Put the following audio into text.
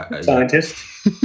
scientist